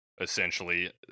essentially